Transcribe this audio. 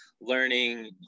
learning